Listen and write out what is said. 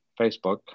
Facebook